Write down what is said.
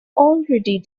already